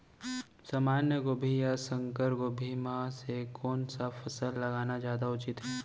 सामान्य गोभी या संकर गोभी म से कोन स फसल लगाना जादा उचित हे?